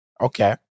okay